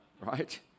Right